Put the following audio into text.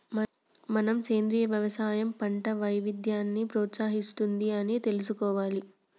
మనం సెంద్రీయ యవసాయం పంట వైవిధ్యాన్ని ప్రోత్సహిస్తుంది అని తెలుసుకోవాలి